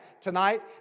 tonight